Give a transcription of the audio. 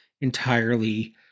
entirely